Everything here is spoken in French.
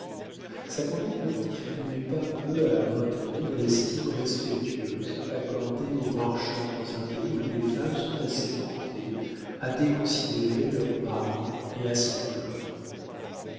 sa conduite ne contribuait pas peu à maintenir l'estime respectueuse accordée au marchand dans un pays où les femmes sont assez portées à déconsidérer leurs maris et à s'en plaindre